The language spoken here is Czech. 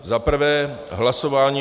Zaprvé, hlasování...